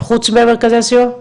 חוץ ממרכזי הסיוע?